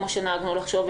כמו שנהגנו לחשוב,